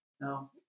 no